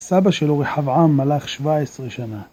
סבא שלו רחבעם מלך 17 שנה.